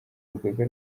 rugaga